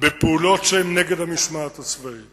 בפעולות שהן נגד המשמעת הצבאית.